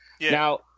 Now